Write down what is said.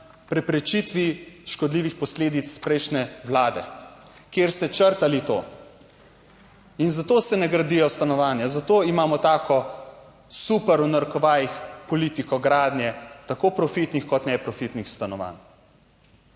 preprečitvi škodljivih posledic prejšnje vlade, kjer ste črtali to. In zato se ne gradijo stanovanja, zato imamo tako super v narekovajih politiko gradnje tako profitnih kot neprofitnih stanovanj.